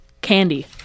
candy